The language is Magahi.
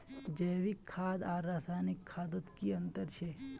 जैविक खाद आर रासायनिक खादोत की अंतर छे?